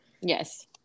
Yes